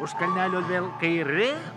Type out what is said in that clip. už kalnelio vėl kairėn